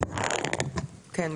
כן.